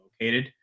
located